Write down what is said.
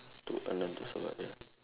to earn and to survive ya